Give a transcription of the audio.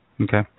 Okay